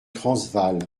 transvaal